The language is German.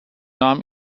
nahm